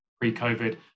pre-COVID